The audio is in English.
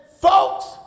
folks